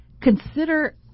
consider